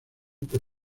por